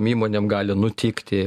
įmonėm gali nutikti